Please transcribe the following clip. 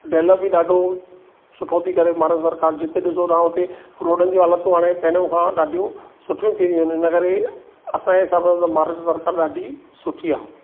दहलो बि ॾाढो सुठो थी करे महाराष्ट्र सरकारु जिथे ॾिसो तव्हां हुते रोडनि जूं हालतूं हाणे पहिरों खां ॾाढियूं सुठियूं थी आहिनि इन करे असांजे हिसाब सां त महाराष्ट्र सरकारु ॾाढी सुठी आहे